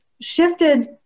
shifted